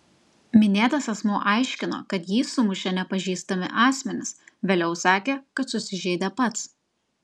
minėtas asmuo aiškino kad jį sumušė nepažįstami asmenys vėliau sakė kad susižeidė pats